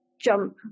jump